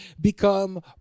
become